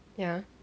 ya